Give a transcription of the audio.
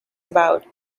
about